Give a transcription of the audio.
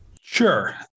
Sure